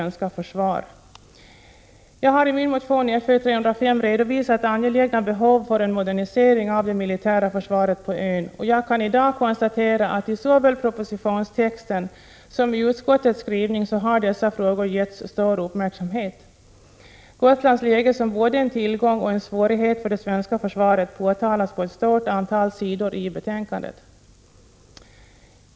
1986/87:133 svenska försvar. 1juni 1987 Jag har i min motion Fö305 redovisat angelägna behov för en modernisering av det militära försvaret på ön. Jag kan i dag konstatera att i såväl propositionstexten som i utskottets skrivelse har dessa frågor givits stor uppmärksamhet. Gotlands läge som både en tillgång och en svårighet för det svenska försvaret påtalas på ett stort antal sidor i betänkandet.